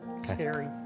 scary